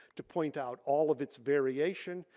to point out all of its variation.